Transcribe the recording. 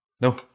No